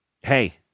hey